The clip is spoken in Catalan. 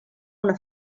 una